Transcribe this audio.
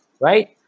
right